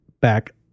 back